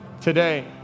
Today